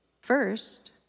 first